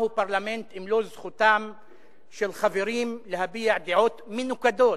מהו פרלמנט אם לא זכותם של חברים להביע דעות מנוגדות,